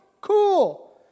Cool